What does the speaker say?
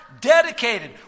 dedicated